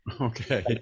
Okay